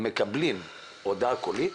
מקבלים הודעה קולית